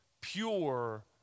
pure